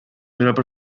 hubiera